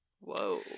Whoa